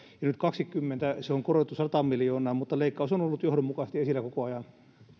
nyt vuonna kaksituhattakaksikymmentä se on korotettu sataan miljoonaan mutta leikkaus on ollut johdonmukaisesti esillä koko ajan